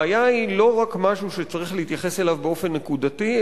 בעיה היא לא רק משהו שצריך להתייחס אליו באופן נקודתי,